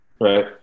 right